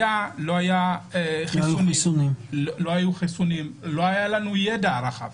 לא היו חיסונים, לא היה לנו ידע רחב.